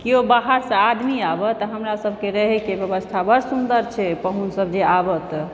केओ बाहरसँ आदमी आबै तऽ हमरा सभके रहयके व्यवस्था बड़ सुन्दर छै पाहुन सब जे आबै तऽ